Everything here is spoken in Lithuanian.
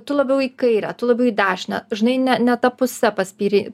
tu labiau į kairę tu labiau į dešinę žinai ne ne ta puse paspyrei